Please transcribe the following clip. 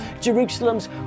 Jerusalem's